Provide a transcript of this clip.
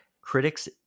Critics